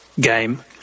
game